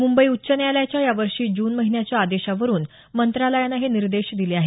मुंबई उच्च न्यायालयाच्या यावर्षी जून महिन्याच्या आदेशावरुन मंत्रालयानं हे निर्देश दिले आहेत